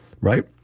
right